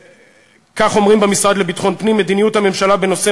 כך אומרים במשרד לביטחון פנים: מדיניות הממשלה בנושא